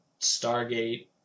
Stargate